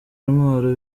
intwaro